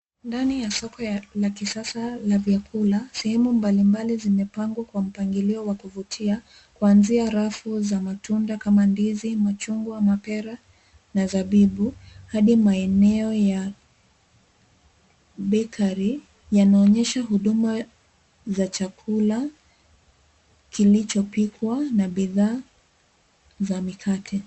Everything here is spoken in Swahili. Ndani ya soko la kisasa la vyakula sehemu mbalimbali zimepangwa kwa mpango wa kuvutia kuanzia rafu za matunda kama ndizi, machungwa, mapera na zabibu, hadi maeneo ya bakery yanaonyesha huduma za chakula kilichopikwa na bidhaa za mikate.